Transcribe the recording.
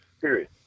period